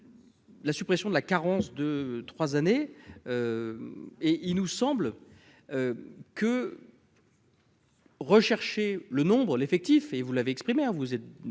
la suppression de la carence de 3 années et il nous semble que. Rechercher le nombre, l'effectif et vous l'avez exprimèrent vous êtes